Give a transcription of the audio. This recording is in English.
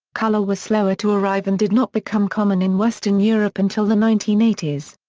color was slower to arrive and did not become common in western europe until the nineteen eighty s.